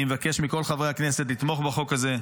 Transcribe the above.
אני מבקש מכל חברי הכנסת לתמוך בחוק הזה.